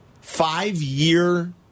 five-year